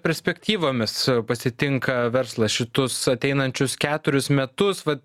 perspektyvomis pasitinka verslas šitus ateinančius ketverius metus vat